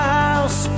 house